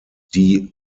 die